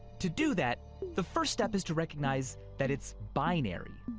to do that, the first step is to recognize that it's binary.